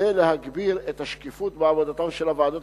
כדי להגביר את השקיפות בעבודתן של הוועדות